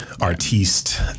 artiste